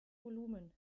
volumen